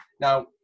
Now